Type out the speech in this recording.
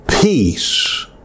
peace